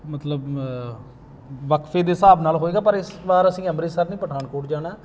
ਮਤਲਬ ਵਕਫੇ ਦੇ ਹਿਸਾਬ ਨਾਲ ਹੋਏਗਾ ਪਰ ਇਸ ਵਾਰ ਅਸੀਂ ਅੰਮ੍ਰਿਤਸਰ ਨਹੀਂ ਪਠਾਨਕੋਟ ਜਾਣਾ